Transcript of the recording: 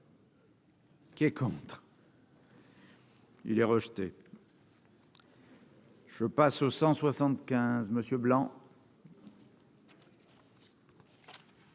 Qui est contre. Il est rejeté. Je passe 175 monsieur Blanc.